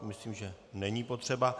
Myslím, že není potřeba.